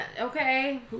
okay